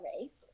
Race